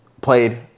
played